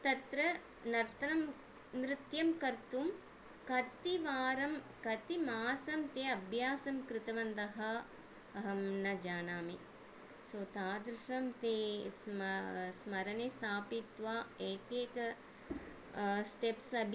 तत्र नर्तनं नृत्यं कर्तुं कति वारं कति मासं ते अभ्यासं कृतवन्तः अहं न जानामि सो तादृशं ते स्म स्मरणे स्थापयित्वा एकेकं स्टेप्स् अपि